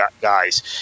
guys